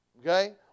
okay